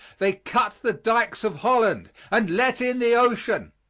they cut the dykes of holland, and let in the ocean,